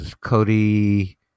Cody